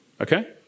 okay